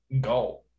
go